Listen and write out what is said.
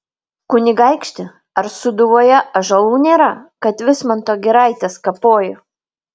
kunigaikšti ar sūduvoje ąžuolų nėra kad vismanto giraites kapoji